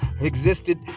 existed